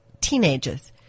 teenagers